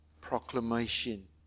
proclamation